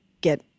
get